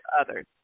others